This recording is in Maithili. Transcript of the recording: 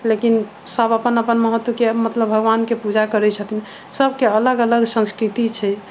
लेकिन सभ अपन अपन महत्व के मतलब भगबान के पूजा करै छथिन सभके अलग अलग सन्स्कृति छै